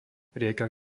rieka